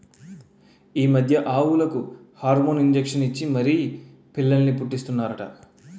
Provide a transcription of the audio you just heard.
ఈ మధ్య ఆవులకు హార్మోన్ ఇంజషన్ ఇచ్చి మరీ పిల్లల్ని పుట్టీస్తన్నారట